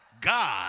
God